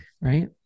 Right